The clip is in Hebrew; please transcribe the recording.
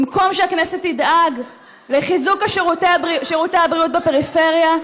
במקום שהכנסת תדאג לחיזוק שירותי הבריאות בפריפריה,